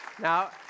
Now